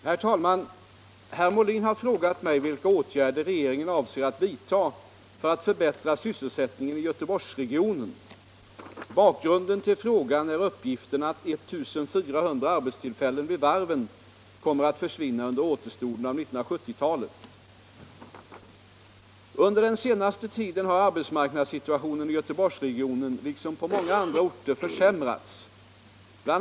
Herr talman! Herr Molin har frågat mig vilka åtgärder regeringen avser att vidta för att förbättra sysselsättningen i Göteborgsregionen. Bakgrunden till frågan är uppgiften att 1 400 arbetstillfällen vid varven kommer att försvinna under återstoden av 1970-talet. Under den senaste tiden har arbetsmarknadssituationen i Göteborgsregionen liksom på många andra orter försämrats. Bl.